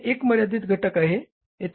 येथे एक मर्यादित घटक आहे